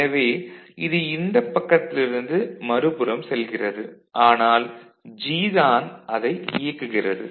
எனவே இது இந்த பக்கத்திலிருந்து மறுபுறம் செல்கிறது ஆனால் G தான் அதை இயக்குகிறது